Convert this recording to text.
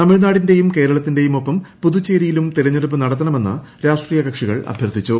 തമിഴ്നാടിന്റെയും കേരളത്തിന്റെയും ഒപ്പം പുതുച്ചേരിയിലും തെരഞ്ഞെടുപ്പ് നടത്തണമെന്ന് രാഷ്ട്രീയ് കക്ഷികൾ അഭ്യർത്ഥിച്ചു